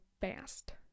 fast